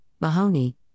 Mahoney